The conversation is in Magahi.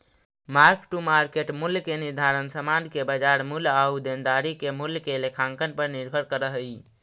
मार्क टू मार्केट मूल्य के निर्धारण समान के बाजार मूल्य आउ देनदारी के मूल्य के लेखांकन पर निर्भर करऽ हई